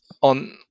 on